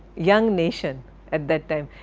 young nation at that time.